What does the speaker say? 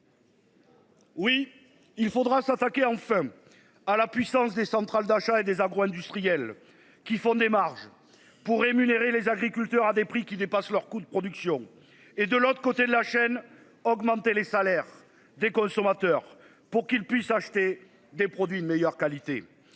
Oui, il faudra s'attaquer enfin à la puissance des centrales d'achat et des agro-industriels qui font des marges pour rémunérer les agriculteurs à des prix qui dépassent leurs coûts de production et de l'autre côté de la chaîne. Augmenter les salaires des consommateurs pour qu'ils puissent acheter des produits de meilleure qualité.